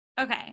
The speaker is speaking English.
Okay